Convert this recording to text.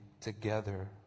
together